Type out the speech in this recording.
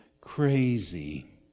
Crazy